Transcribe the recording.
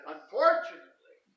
Unfortunately